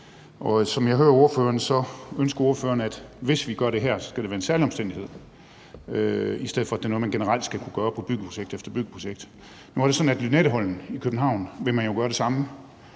Som jeg hører ordføreren, så ønsker ordføreren, at det, hvis vi gør det her, skal være et særligt tilfælde, i stedet for at det er noget, man generelt skal kunne gøre på byggeprojekt efter byggeprojekt. Nu er det sådan, at man i forhold til Lynetteholmen i København vil gøre det samme.